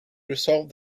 resolved